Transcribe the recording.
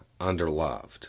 underloved